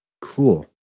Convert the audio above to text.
Cool